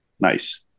nice